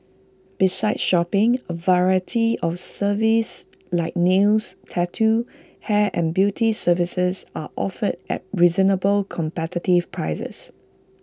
besides shopping A variety of services like nails tattoo hair and beauty services are offered at reasonable competitive prices